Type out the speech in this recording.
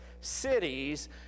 cities